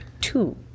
two